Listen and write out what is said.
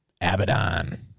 Abaddon